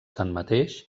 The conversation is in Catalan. tanmateix